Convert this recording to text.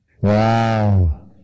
Wow